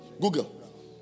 Google